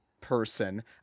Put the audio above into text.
person